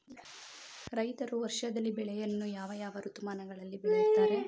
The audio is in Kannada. ರೈತರು ವರ್ಷದಲ್ಲಿ ಬೆಳೆಯನ್ನು ಯಾವ ಯಾವ ಋತುಮಾನಗಳಲ್ಲಿ ಬೆಳೆಯುತ್ತಾರೆ?